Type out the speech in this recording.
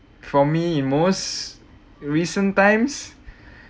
for me in most recent times